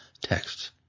texts